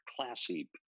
classy